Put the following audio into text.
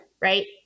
Right